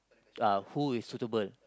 uh who is suitable